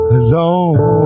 alone